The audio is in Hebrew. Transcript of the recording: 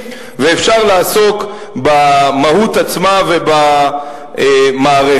ואפשר לעסוק במהות עצמה ובמערכת.